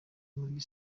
muri